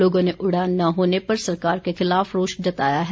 लोगों ने उड़ान न होने पर सरकार के खिलाफ रोष जताया है